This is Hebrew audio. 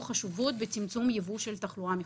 חשובות בצמצום יבוא של תחלואה מחו"ל.